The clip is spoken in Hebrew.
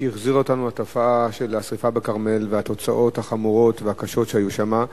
שהחזירה אותנו לשרפה בכרמל והתוצאות החמורות והקשות שהיו שם,